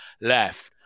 left